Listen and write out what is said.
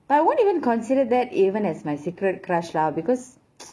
but I won't even consider that even as my secret crush lah because